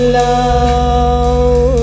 love